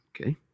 Okay